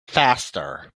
faster